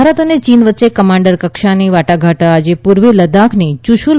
ભારત અને ચીન વચ્ચે કમાન્ડર કક્ષાની વાટાઘાટો આજે પૂર્વી લદ્દાખની યૂશુલ